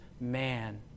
man